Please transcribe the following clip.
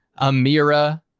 Amira